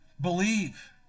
Believe